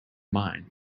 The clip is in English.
mine